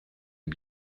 une